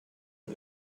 and